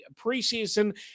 preseason